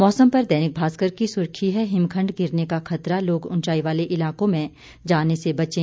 मौसम पर दैनिक भास्कर की सुर्खी है हिमखंड गिरने का खतरा लोग उंचाई वाले इलाकों में जाने से बचें